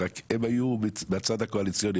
רק שהם היו מהצד הקואליציוני,